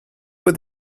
with